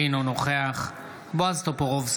אינו נוכח בועז טופורובסקי,